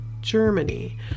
Germany